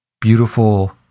beautiful